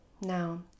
Now